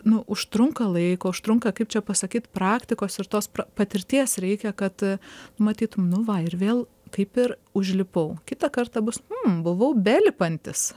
nu užtrunka laiko užtrunka kaip čia pasakyt praktikos ir tos patirties reikia kad matytum nu va ir vėl kaip ir užlipau kitą kartą bus buvau belipantis